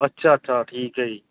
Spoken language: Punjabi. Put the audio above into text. ਅੱਛਾ ਅੱਛਾ ਠੀਕ ਹੈ ਜੀ